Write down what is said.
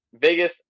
Vegas